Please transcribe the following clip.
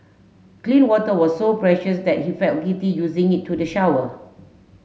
clean water was so precious that he felt guilty using it to the shower